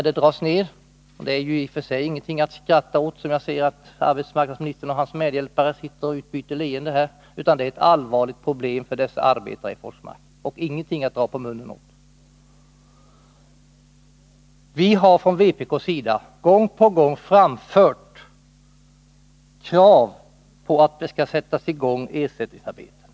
Det är i och för sig ingenting att skratta åt — jag ser att arbetsmarknadsministern och hans medhjälpare sitter och utbyter leenden — utan det är ett allvarligt problem för dessa arbetare i Forsmark och ingenting att dra på munnen åt. Vi har från vpk:s sida gång på gång framfört krav på att det skall sättas i gång ersättningsarbeten.